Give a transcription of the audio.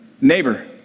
neighbor